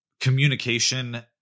communication